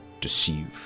deceive